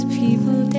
people